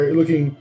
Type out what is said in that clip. Looking